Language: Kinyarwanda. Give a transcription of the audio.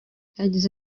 yagize